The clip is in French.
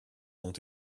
ont